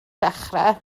dechrau